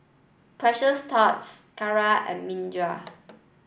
Precious Thots Kara and Mirinda